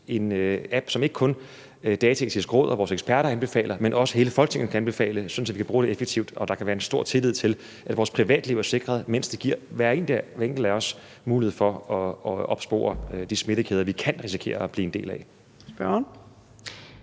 en app, som ikke kun Dataetisk Råd og vores eksperter anbefaler, men som også hele Folketinget kan anbefale, sådan at vi kan bruge det effektivt og der kan være en stor tillid til, at vores privatliv er sikret, mens det giver hver enkelt af os mulighed for at opspore de smittekæder, vi kan risikere at blive en del af.